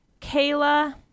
Kayla